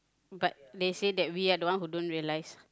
but they say that we are the ones who don't realise